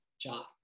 job